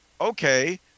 okay